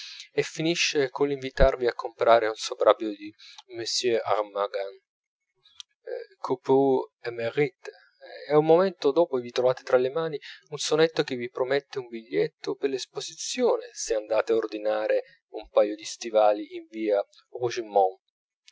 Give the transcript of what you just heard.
e finisce coll'invitarvi a comprare un soprabito da monsieur armangan coupeur émérite e un momento dopo vi trovate tra le mani un sonetto che vi promette un biglietto per l'esposizione se andate a ordinare un paio di stivali in via